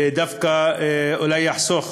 ודווקא אולי תחסוך,